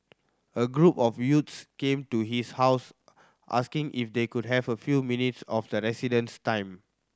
a group of youths came to his house asking if they could have a few minutes of the resident's time